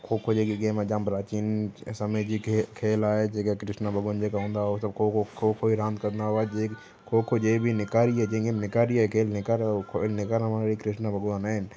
खोखो जेकी गेम आहे जामु प्राचीन समय जी खे खेल आहे जेका कृष्न भॻिवान जेका हूंदा हुआ उहे सभु खोखो खोखो ई रांदि कंदा हुआ जे खोखो ई जे बि निकारी आहे जंहिंखे निकारी आहे खेल निकार निकारण वारे कृष्न भॻिवान आहिनि